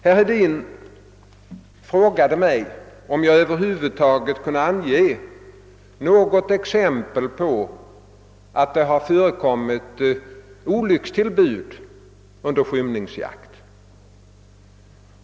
Herr Hedin frågade mig om jag över huvud taget kunde ange något exempel på att det förekommit olyckstillbud under skymningsjakt.